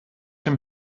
dem